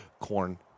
corn